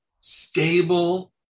stable